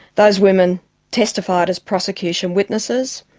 those women testified as prosecution witnesses,